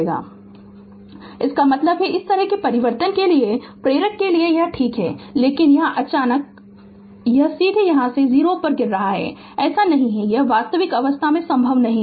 Refer Slide Time 1534 इसका मतलब है इस तरह के परिवर्तन के लिए प्रेरक के लिए यह ठीक है लेकिन यहाँ अचानक अचानक यह सीधे यहाँ से 0 पर गिर रहा है ऐसा नहीं है यह वास्तविक अवस्था में संभव नहीं है